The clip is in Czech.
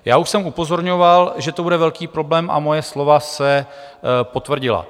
Já už jsem upozorňoval, že to bude velký problém, a moje slova se potvrdila.